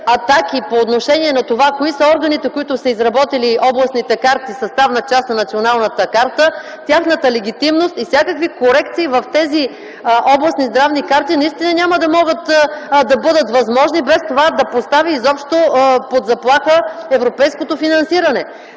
атаки по отношение на това кои са органите, които са изработили областните карти – съставна част на националната карта, тяхната легитимност и всякакви корекции в тези областни здравни карти, наистина няма да могат да бъдат възможни, без това да постави изобщо под заплаха европейското финансиране.